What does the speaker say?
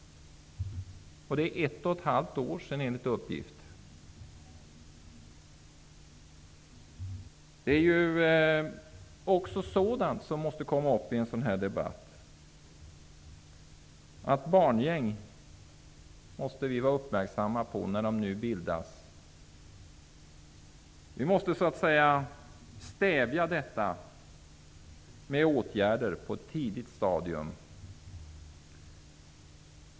Enligt uppgift har det gått ett och ett halvt år. Det är sådana saker som måste komma fram i debatten. Vi måste vara uppmärksamma på att barngäng bildas. Vi måste stävja detta med åtgärder på ett tidigt stadium.